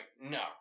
No